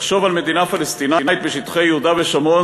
לחשוב על מדינה פלסטינית בשטחי יהודה ושומרון